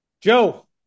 Joe